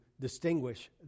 distinguish